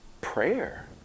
prayer